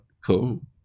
Cool